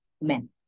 men